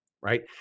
right